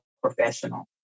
professional